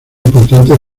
importantes